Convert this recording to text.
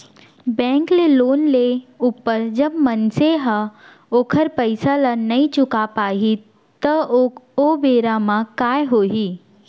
bank ले loan लेय ऊपर जब मनसे ह ओखर पइसा ल नइ चुका पाही त ओ बेरा म काय होही